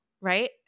Right